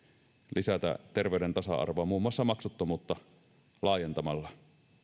lisätä terveyden tasa arvoa muun muassa maksuttomuutta laajentamalla